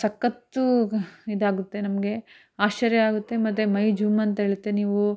ಸಖತ್ ಇದಾಗುತ್ತೆ ನಮಗೆ ಆಶ್ಚರ್ಯ ಆಗುತ್ತೆ ಮತ್ತು ಮೈ ಜುಮ್ಮಂಥೇಳುತ್ತೆ ನೀವು